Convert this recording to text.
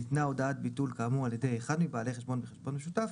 ניתנה הודעת ביטול כאמור על ידי אחד מבעלי חשבון בחשבון משותף,